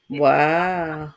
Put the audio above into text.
wow